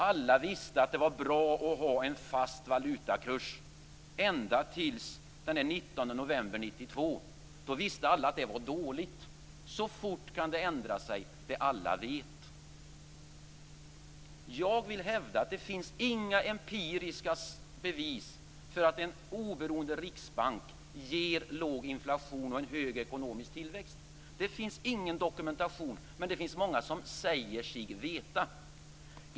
Alla visste att det var bra att ha en fast valutakurs, ända till den 19 november 1992. Då förstod alla att det var dåligt. Så fort kan det som alla vet ändra sig. Jag vill hävda att det inte finns några empiriska bevis för att en oberoende riksbank ger låg inflation och hög ekonomisk tillväxt. Det finns ingen dokumentation av detta, men det finns många som säger sig veta det.